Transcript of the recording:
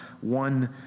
one